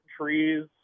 trees